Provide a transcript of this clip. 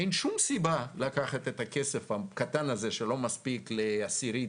אין שום סיבה לקחת את הכסף הקטן הזה שלא מספיק לעשירית